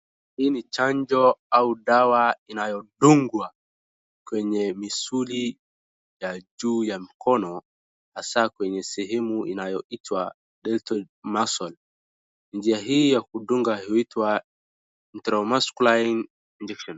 Hii ni chanjo au dawa inayodungwa kwenye misuli ya juu ya mkono, hasaa kwenye sehemu inayoitwa deltoid muscle . Njia hii ya kudunga huitwa intramusculine injection .